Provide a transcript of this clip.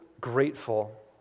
grateful